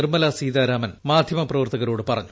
നിർമ്മലാ സീതാരാമൻ മാധ്യമപ്രവർത്തകരോട് പറഞ്ഞു